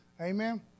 Amen